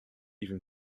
even